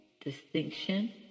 distinction